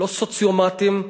לא סוציומטים.